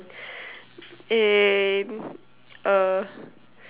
eh uh